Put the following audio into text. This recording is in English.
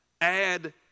add